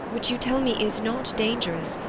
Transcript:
which you tell me is not dangerous,